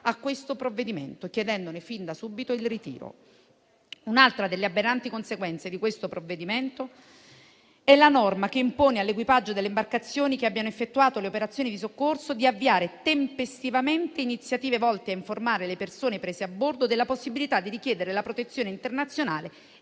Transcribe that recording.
questo provvedimento, chiedendone fin da subito il ritiro. Un'altra delle aberranti conseguenze di questo provvedimento è la norma che impone all'equipaggio delle imbarcazioni che abbiano effettuato le operazioni di soccorso di avviare tempestivamente iniziative volte a informare le persone prese a bordo della possibilità di richiedere la protezione internazionale e,